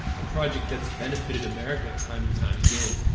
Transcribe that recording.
a project that's benefitted america time and time again,